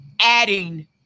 adding